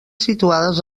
situades